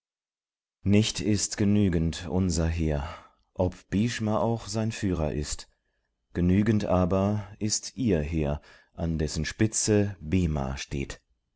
nicht ist genügend unser heer ob bhshma auch sein führer ist genügend aber ist ihr heer an dessen spitze bhma steht